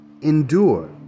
endure